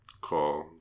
call